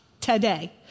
today